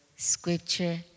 scripture